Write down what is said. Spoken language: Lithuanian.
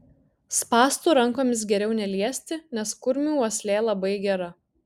spąstų rankomis geriau neliesti nes kurmių uoslė labai gera